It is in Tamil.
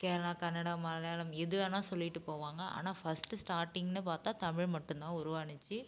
கேரளா கன்னடா மலையாளம் எது வேணுனா சொல்லிட்டு போவாங்க ஆனால் ஃபஸ்ட்டு ஸ்டார்ட்டிங்குனு பார்த்தா தமிழ் மட்டும் தான் உருவாச்சி